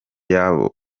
yabo